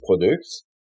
products